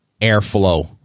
airflow